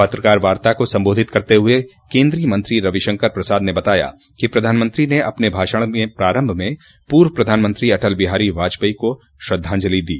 पत्रकार वार्ता को संबोधित करते हुए केन्द्रीय मंत्री रविशंकर प्रसाद ने बताया कि प्रधानमंत्री ने अपने भाषण में प्रारम्भ में पूर्व प्रधानमंत्री अटल बिहारी बाजपेयी को श्रद्वांजलि दी